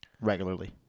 regularly